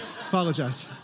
Apologize